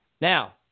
Now